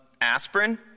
aspirin